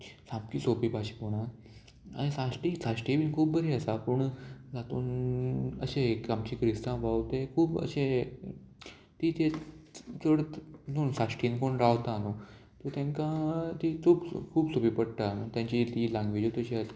सामकी सोंपी भाशा म्हणोन आनी साश्टी साश्टीय बीन खूब बरी आसा पूण तातूंन अशें एक आमचे क्रिस्तांव भाव ते खूब अशे ती ते चड न्हू साश्टीन कोण रावता न्हू तेंकां ती खूब खूब सोंपी पडटा तेंची ती लँग्वेजूच तशी आसा